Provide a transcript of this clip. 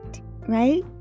right